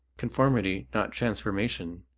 conformity, not transformation,